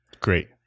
Great